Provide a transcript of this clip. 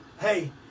Hey